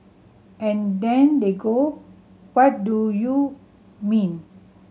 and then they go what do you mean